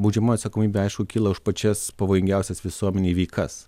baudžiamoji atsakomybė aišku kilo už pačias pavojingiausias visuomenei veikas